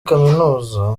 kaminuza